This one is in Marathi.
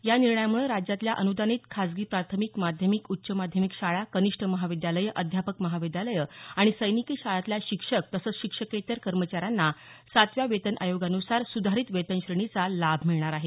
या निर्णयामुळे राज्यातल्या अनुदानित खासगी प्राथमिक माध्यमिक उच्च माध्यमिक शाळा कनिष्ठ महाविद्यालये अध्यापक महाविद्यालये आणि सैनिकी शाळांतल्या पू शिक्षक तसंच शिक्षकेत्तर कर्मचाऱ्यांना सातव्या वेतन आयोगान्सार सुधारित वेतन श्रेणीचा लाभ मिळणार आहे